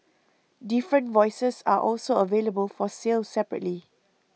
different voices are also available for sale separately